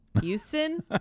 Houston